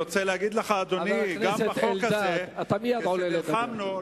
חבר הכנסת אלדד, מייד אתה עולה לדבר.